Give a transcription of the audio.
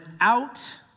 out